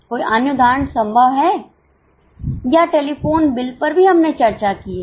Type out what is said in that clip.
कोई अन्य उदाहरण संभव है या टेलीफोन बिल पर भी हमने चर्चा की है